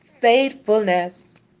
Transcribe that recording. Faithfulness